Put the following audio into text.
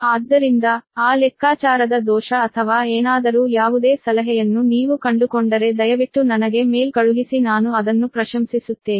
ಆದ್ದರಿಂದ ಆ ಲೆಕ್ಕಾಚಾರದ ಎರರ್ ಅಥವಾ ಏನಾದರೂ ಯಾವುದೇ ಸಲಹೆಯನ್ನು ನೀವು ಕಂಡುಕೊಂಡರೆ ದಯವಿಟ್ಟು ನನಗೆ ಮೇಲ್ ಕಳುಹಿಸಿ ನಾನು ಅದನ್ನು ಪ್ರಶಂಸಿಸುತ್ತೇನೆ